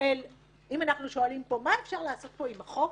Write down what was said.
אם אנחנו שואלים מה אפשר לעשות פה עם החוק,